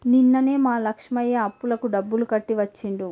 నిన్ననే మా లక్ష్మయ్య అప్పులకు డబ్బులు కట్టి వచ్చిండు